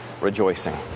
rejoicing